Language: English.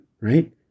right